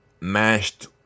mashed